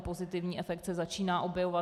Pozitivní efekt se začíná objevovat.